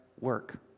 work